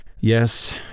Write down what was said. Yes